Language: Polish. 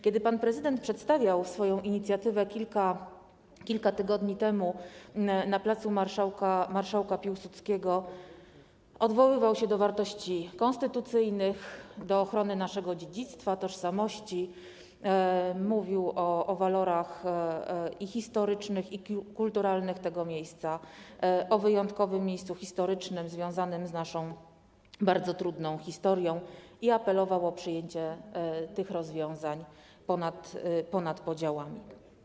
Kiedy pan prezydent przedstawiał swoją inicjatywę kilka tygodni temu na Placu Marszałka Józefa Piłsudskiego, odwoływał się do wartości konstytucyjnych, do ochrony naszego dziedzictwa, tożsamości, mówił o walorach i historycznych, i kulturalnych tego miejsca, mówił o wyjątkowym miejscu historycznym związanym z naszą bardzo trudną historią i apelował o przyjęcie tych rozwiązań ponad podziałami.